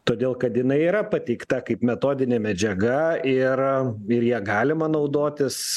todėl kad jinai yra pateikta kaip metodinė medžiaga yra ir ja galima naudotis